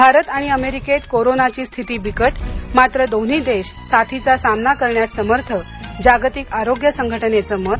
भारत आणि अमेरिकेत कोरोनाची स्थाती बिकट मात्र दोन्ही देश साथीचा सामना करण्यास समर्थ जागतिक आरोग्य संघटनेचं मत